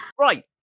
Right